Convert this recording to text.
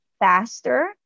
faster